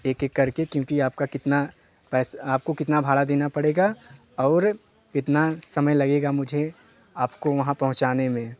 एक एक करके क्योंकि आपका कितना पैसा आपको कितना भाड़ा देना पड़ेगा और कितना समय लगेगा मुझे आपको वहाँ पहुँचाने में